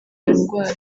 ndwara